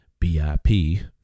BIP